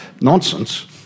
nonsense